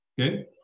okay